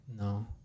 No